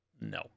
No